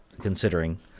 considering